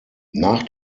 nach